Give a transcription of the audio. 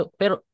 pero